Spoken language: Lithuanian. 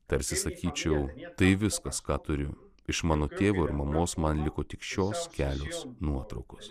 tarsi sakyčiau tai viskas ką turiu iš mano tėvo ir mamos man liko tik šios kelios nuotraukos